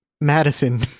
Madison